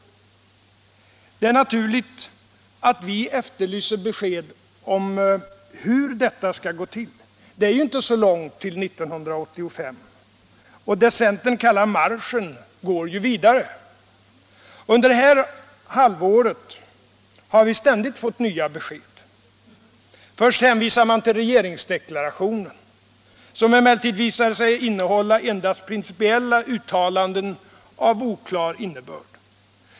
Det är naturligt att vi efterlyser besked om hur detta skall gå till. Det är inte så långt till 1985, och det centern kallar ”marschen” går ju vidare. Under det här halvåret har vi ständigt fått nya besked: Först hänvisade man till regeringsdeklarationen, som emellertid visade sig innehålla endast principiella uttalanden av oklar innebörd.